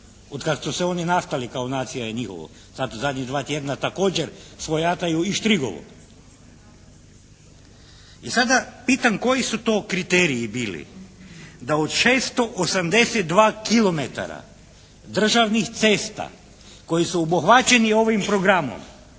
od kad su oni nastali kao nacija je njihovo, znate u zadnjih dva tjedna također svojataju i Štrigovu. I sada pitam koji su to kriteriji bili da od 682 kilometara državnih cesta koji su obuhvaćeni ovim programom